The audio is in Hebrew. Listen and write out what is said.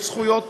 יש זכויות